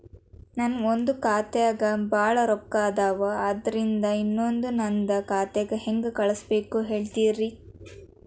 ನನ್ ಒಂದ್ ಖಾತ್ಯಾಗ್ ಭಾಳ್ ರೊಕ್ಕ ಅದಾವ, ಅದ್ರಾಗಿಂದ ಇನ್ನೊಂದ್ ನಂದೇ ಖಾತೆಗೆ ಹೆಂಗ್ ಕಳ್ಸ್ ಬೇಕು ಹೇಳ್ತೇರಿ?